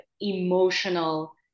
emotional